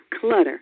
Clutter